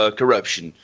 corruption